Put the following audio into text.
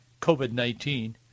COVID-19